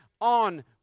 on